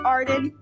Arden